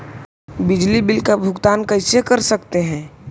बिजली बिल का भुगतान कैसे कर सकते है?